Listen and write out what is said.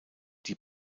die